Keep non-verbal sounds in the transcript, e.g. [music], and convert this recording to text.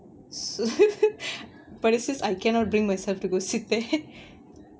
[laughs] but it's just I cannot bring myself to go sit there